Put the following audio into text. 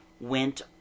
went